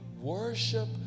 worship